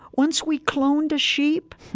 once we cloned a sheep,